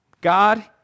God